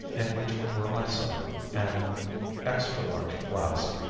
in which were my supper, an extra large flask,